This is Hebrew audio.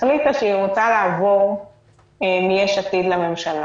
החליטה שהיא רוצה לעבור מיש עתיד לממשלה.